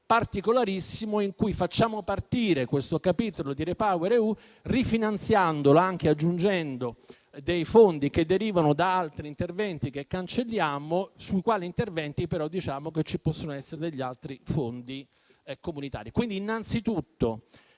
particolarissimo in cui facciamo partire questo capitolo di REPowerEU rifinanziandolo, anche aggiungendo fondi che derivano da altri interventi che cancelliamo, sui quali però diciamo che ci possono essere altri fondi comunitari. È quindi innanzitutto